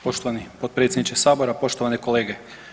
Poštovani potpredsjedniče Sabora, poštovane kolege.